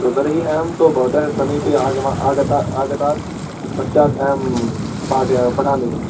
तर्हि अहं तु भवतः समीपे आगमा आगता आगतात् पश्चात् अहं पाठयां पठामि